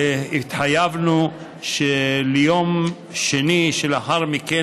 והתחייבנו שביום שני שלאחר מכן,